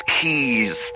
keys